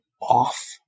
off